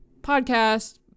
podcast